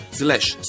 slash